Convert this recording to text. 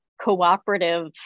cooperative